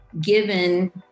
given